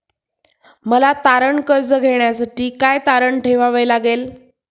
मला तारण कर्ज घेण्यासाठी काय तारण ठेवावे लागेल?